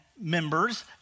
members